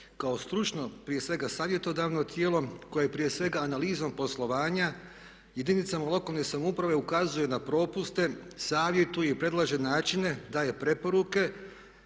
kao stručno prije svega savjetodavno tijelo koje prije svega analizom poslovanja jedinicama lokalne samouprave ukazuje na propuste, savjetuje i predlaže načine, daje preporuke